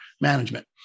management